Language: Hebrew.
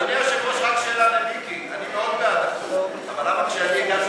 אדוני היושב-ראש, רק שאלה למיקי.